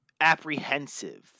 apprehensive